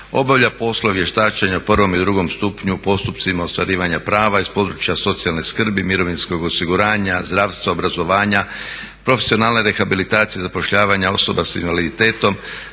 obavlja poslove vještačenja u prvom i drugom stupnju u postupcima ostvarivanja prava iz područja socijalne skrbi, mirovinskog osiguranja, zdravstva, obrazovanja, profesionalne rehabilitacije, zapošljavanja osoba s invaliditetom,